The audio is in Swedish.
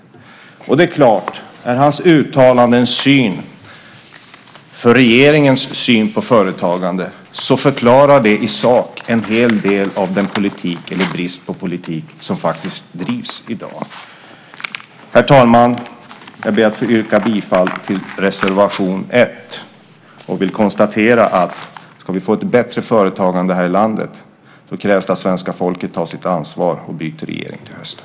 Det är klart; är hans uttalade syn också regeringens syn på företagande förklarar det i sak en hel del av den politik, eller brist på politik, som bedrivs i dag. Herr talman! Jag ber att få yrka bifall till reservation 1. Jag vill också konstatera att ska vi få ett bättre företagande här i landet så krävs det att svenska folket tar sitt ansvar och byter regering till hösten.